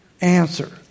answer